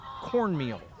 cornmeal